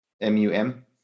M-U-M